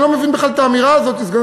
אני לא מבין בכלל את האמירה הזאת: סגן